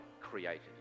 created